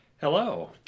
Hello